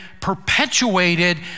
perpetuated